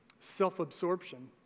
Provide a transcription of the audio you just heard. Self-absorption